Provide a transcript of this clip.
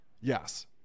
yes